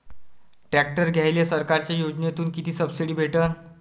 Tractor घ्यायले सरकारच्या योजनेतून किती सबसिडी भेटन?